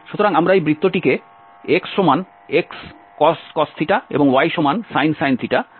সুতরাং আমরা এই বৃত্তটিকে xcos ysin দ্বারা প্যারামিটারাইজ করতে পারি